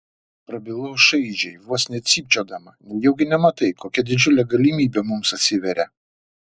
prabilau šaižiai vos ne cypčiodama nejaugi nematai kokia didžiulė galimybė mums atsiveria